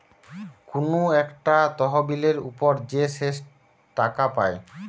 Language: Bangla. কুনু একটা তহবিলের উপর যে শেষ টাকা পায়